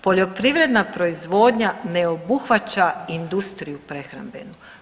Poljoprivredna proizvodnja ne obuhvaća industriju prehrambenu.